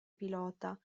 pilota